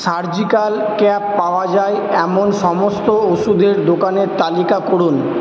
surgical cap পাওয়া যায় এমন সমস্ত ওষুধের দোকানের তালিকা করুন